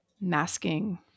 masking